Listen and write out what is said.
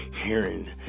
hearing